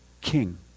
king